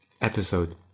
episode